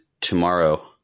tomorrow